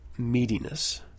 meatiness